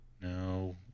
No